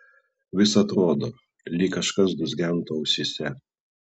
vis atrodo lyg kažkas dūzgentų ausyse